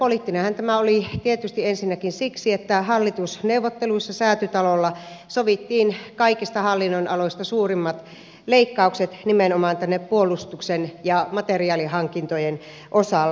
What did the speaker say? no poliittinenhan tämä oli tietysti ensinnäkin siksi että hallitusneuvotteluissa säätytalolla sovittiin kaikista hallinnonaloista suurimmat leikkaukset nimenomaan tänne puolustuksen ja materiaalihankintojen osalle